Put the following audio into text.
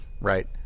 right